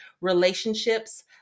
relationships